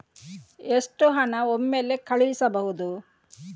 ಎಷ್ಟು ಹಣ ಒಮ್ಮೆಲೇ ಕಳುಹಿಸಬಹುದು?